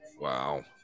Wow